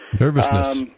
Nervousness